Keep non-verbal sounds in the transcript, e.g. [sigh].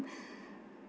[breath]